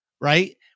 right